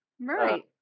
Right